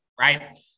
Right